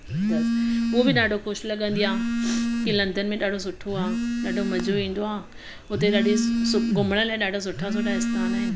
ईंदस उहो बि ॾाढो ख़ुशि लॻंदी आहे की लंदन में ॾाढो सुठो आहे ॾाढो मज़ो ईंदो आहे हुते ॾाढी घुमणु लाइ ॾाढा ॾाढा सुठा सुठा स्थान आहिनि